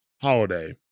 holiday